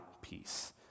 peace